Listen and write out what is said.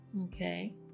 Okay